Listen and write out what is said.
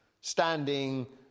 Standing